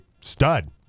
stud